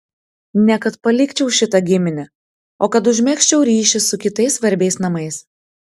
ne kad palikčiau šitą giminę o kad užmegzčiau ryšį su kitais svarbiais namais